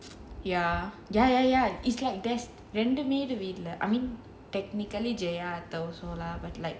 ya ya ya ya it's like there's ரெண்டுமே:rendumae I mean technically they are